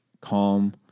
calm